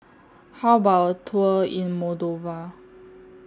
How about A Tour in Moldova